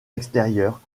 extérieur